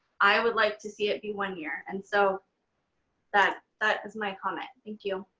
i would like to see it be one year. and so that that is my comment. thank you.